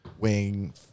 weighing